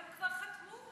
אבל הם כבר חתמו.